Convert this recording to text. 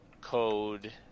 code